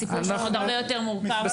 הסיפור שם הרבה יותר מורכב.